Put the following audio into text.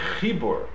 Chibur